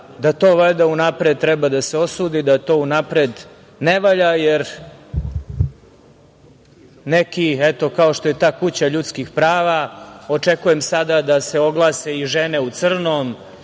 da to valjda unapred treba da se osudi, da to unapred ne valja, jer neki, eto, kao što je ta „Kuća ljudskih prava“, očekujem sada da se oglase i „Žene u crnom“,